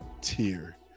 tier